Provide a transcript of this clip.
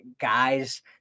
guys